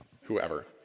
Whoever